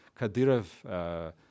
Kadyrov